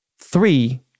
Three